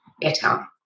better